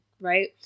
Right